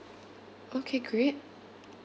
okay great